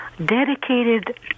dedicated